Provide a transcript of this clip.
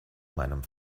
meinem